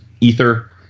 Ether